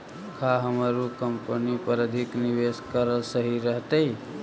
का हमर उ कंपनी पर अधिक निवेश करल सही रहतई?